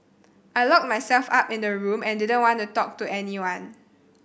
I locked myself up in the room and didn't want to talk to anyone